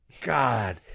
god